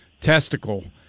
testicle